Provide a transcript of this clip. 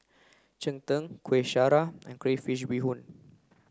Cheng Tng Kueh Syara and Crayfish Beehoon